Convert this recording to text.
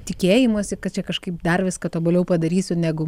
tikėjimąsi kad čia kažkaip dar viską tobuliau padarysiu negu